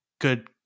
good